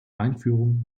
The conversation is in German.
einführung